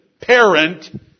parent